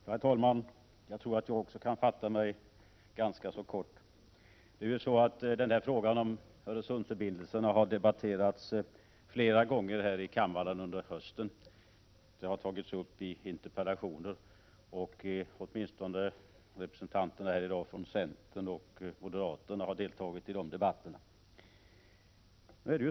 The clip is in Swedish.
Herr talman! Jag tror att även jag kan fatta mig ganska kort. Frågan om Öresundsförbindelserna har debatterats flera gånger här i kammaren under hösten. Den har tagits upp i interpellationer, och åtminstone representanterna här i dag från centern och moderaterna har deltagit i dessa debatter.